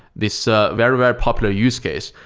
this ah very, very popular use case,